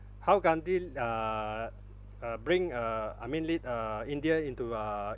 how gandhi l~ ah uh bring uh I mean lead uh india into a